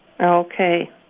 Okay